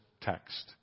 text